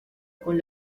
con